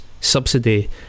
subsidy